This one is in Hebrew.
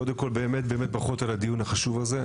קודם כל, באמת ברכות על הדיון החשוב הזה.